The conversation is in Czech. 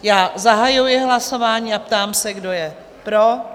Zahajuji hlasování a ptám se, kdo je pro?